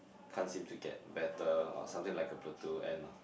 can't seemed to get better or something like a plateau end lah